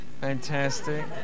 Fantastic